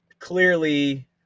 Clearly